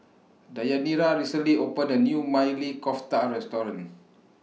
Deyanira recently opened A New Maili Kofta Restaurant